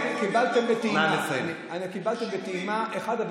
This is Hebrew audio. קיבלתם טעימה של אחד הוויכוחים,